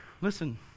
Listen